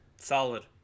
solid